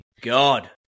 God